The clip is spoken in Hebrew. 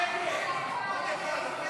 סיוע טיפולי לבוגרי השירות הצבאי),